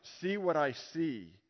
see-what-I-see